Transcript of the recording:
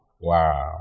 Wow